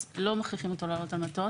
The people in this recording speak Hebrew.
אז לא מכריחים אותו לעלות על מטוס.